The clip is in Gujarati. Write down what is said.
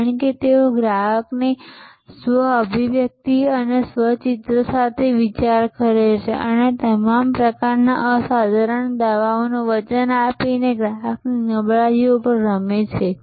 કારણ કે તેઓ ગ્રાહકની સ્વ અભિવ્યક્તિ અને સ્વ ચિત્ર સાથે વિચાર કરે છે અને તમામ પ્રકારના અસાધારણ દાવાઓનું વચન આપીને ગ્રાહકની નબળાઈઓ પર રમે છે